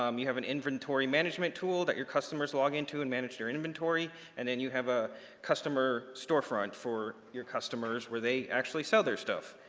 um you have an inventory management tool that your customers log into and manage their inventory and then you have a customer storefront for your customers where they actually sell their stuff.